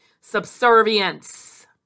subservience